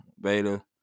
beta